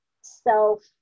self